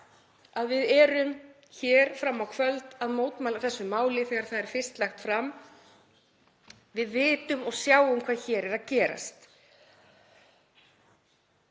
að við erum hér fram á kvöld að mótmæla þessu máli þegar það er fyrst lagt fram. Við vitum og sjáum hvað hér er að gerast.